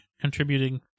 contributing